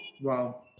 Wow